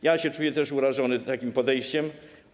Ja też czuję się urażony takim podejściem.